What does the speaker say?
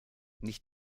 nicht